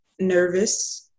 nervous